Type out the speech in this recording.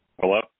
Hello